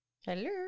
hello